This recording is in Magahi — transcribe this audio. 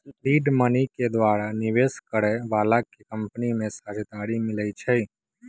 सीड मनी के द्वारा निवेश करए बलाके कंपनी में हिस्सेदारी मिलइ छइ